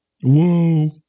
Whoa